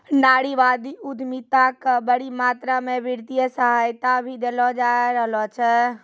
नारीवादी उद्यमिता क बड़ी मात्रा म वित्तीय सहायता भी देलो जा रहलो छै